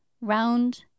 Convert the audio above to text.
round